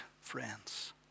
friends